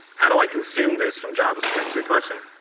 how do i consume this from javascript. good question.